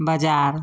बजार